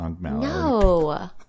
No